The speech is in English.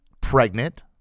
pregnant